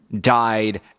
died